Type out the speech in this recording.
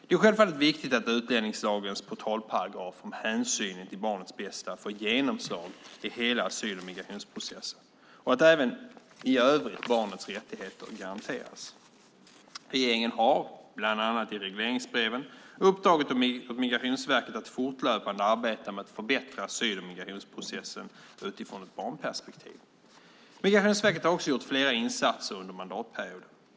Det är självfallet viktigt att utlänningslagens portalparagraf om hänsynen till barnets bästa får genomslag i hela asyl och migrationsprocessen och att även i övrigt barnets rättigheter garanteras. Regeringen har, bland annat i regleringsbreven, uppdragit åt Migrationsverket att fortlöpande arbeta med att förbättra asyl och migrationsprocessen utifrån ett barnperspektiv. Migrationsverket har också gjort flera insatser under mandatperioden.